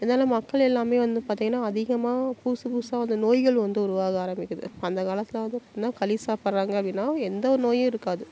இதனால மக்கள் எல்லாம் வந்து பார்த்திங்கன்னா அதிகமாக புதுசு புதுசாக அந்த நோய்கள் வந்து உருவாக ஆரம்பிக்குது அந்த காலத்தில் வந்து எப்படின்னா களி சாப்பிட்றாங்க அப்படின்னா எந்த ஒரு நோயும் இருக்காது